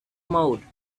mode